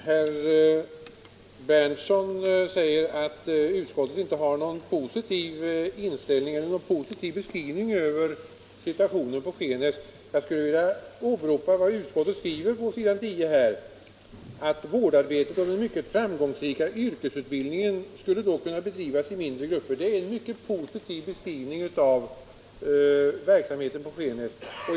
Herr talman! Herr Berndtson säger att utskottet inte har någon posiuv 141 inställning till eller positiv beskrivning av situationen på Skenäs. Jag vill åberopa vad utskottet skriver på s. 10: sitt betänkande: ”Vårdarbetet och den mycket framgångsrika yrkesutbildningen skulle då kunna bedrivas i mindre grupper.” Det är en mycket positiv beskrivning av verksamheten på Skenäs.